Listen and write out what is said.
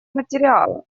материала